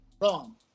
wrong